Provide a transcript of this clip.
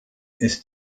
ist